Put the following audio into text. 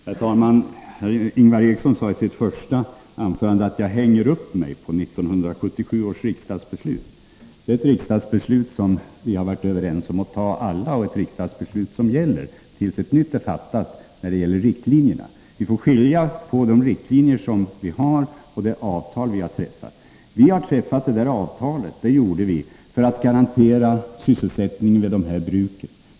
Herr talman! Ingvar Eriksson sade i sitt första anförande att jag hänger upp mig på 1977 års riksdagsbeslut. Det är ett riksdagsbeslut som vi alla har varit överens om att fatta och ett riksdagsbeslut som gäller tills ett nytt beträffande riktlinjerna är fattat. Vi får skilja mellan de riktlinjer som vi har och det avtal som vi har träffat. Vi träffade det aktuella avtalet för att garantera sysselsättningen vid de befintliga sockerbruken.